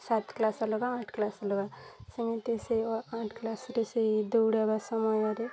ସାତ କ୍ଲାସ୍ ଅଲଗା ଆଠ କ୍ଲାସ୍ ଅଲଗା ସେମିତି ସେ ଆଠ କ୍ଲାସ୍ରେ ସେଇ ଦୌଡ଼ିବା ସମୟରେ